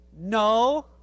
no